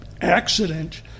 accident